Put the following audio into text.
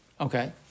Okay